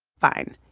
fine,